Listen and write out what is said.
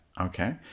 Okay